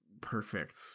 perfect